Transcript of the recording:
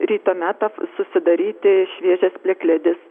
ryto metas susidaryti šviesis plikledis